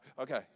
Okay